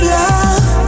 love